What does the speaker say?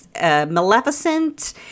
Maleficent